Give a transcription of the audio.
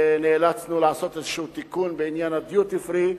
נאלצנו לעשות איזה תיקון בעניין הדיוטי-פרי,